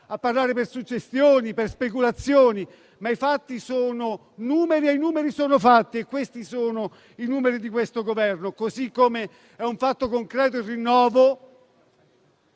a parlare per suggestioni e per speculazioni, ma i fatti sono numeri e i numeri sono fatti. E questi sono i numeri di questo Governo, così come è un fatto concreto il rinnovo